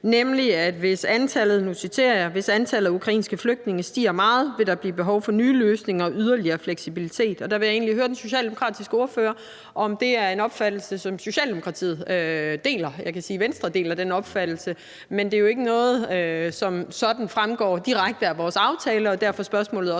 jeg – at hvis antallet af ukrainske flygtninge stiger meget, vil der blive behov for nye løsninger og yderligere fleksibilitet. Og der vil jeg høre den socialdemokratiske ordfører, om det er en opfattelse, som Socialdemokratiet deler. Jeg kan sige, at Venstre deler den opfattelse. Men det er jo ikke noget, der som sådan fremgår direkte af vores aftale,